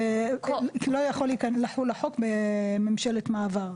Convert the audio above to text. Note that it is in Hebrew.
שלא יכול לחול החוק בממשלת מעבר,